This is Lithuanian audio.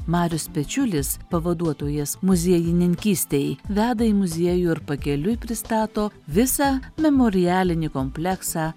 marius pečiulis pavaduotojas muziejininkystei veda į muziejų ir pakeliui pristato visą memorialinį kompleksą